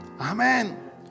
Amen